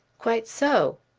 quite so.